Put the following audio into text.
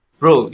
bro